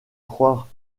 croire